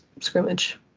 scrimmage